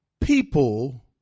people